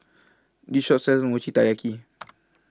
This Shop sells Mochi Taiyaki